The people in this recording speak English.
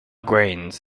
grains